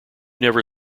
never